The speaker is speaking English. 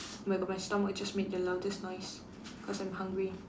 oh my god my stomach just made the loudest noise cause I'm hungry